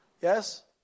yes